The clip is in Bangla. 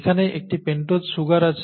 এখানে একটি পেন্টোজ সুগার আছে